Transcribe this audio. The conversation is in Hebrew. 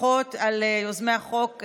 ברכות ליוזמי החוק.